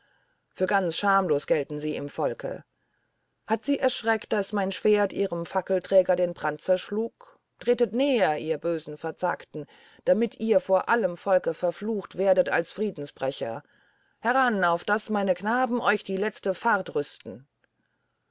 für ganz schamlos gelten sie im volke hat sie erschreckt daß mein schwert ihrem fackelträger den brand zerschlug tretet näher ihr bösen verzagten damit ihr vor allem volke verflucht werdet als friedensbrecher heran auf daß meine knaben euch die letzte fahrt rüsten